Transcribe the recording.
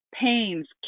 pains